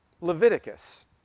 Leviticus